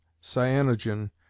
cyanogen